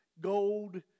gold